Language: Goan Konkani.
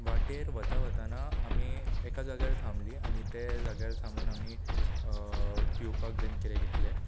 वाटेर वता वताना आमी एका जाग्यार थांबलीं आनी तें जाग्यार थांमून आमी पिवपाक बीन किदें घेतलें